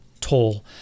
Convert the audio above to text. toll